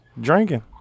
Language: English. Drinking